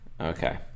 Okay